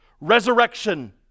Resurrection